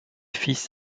fils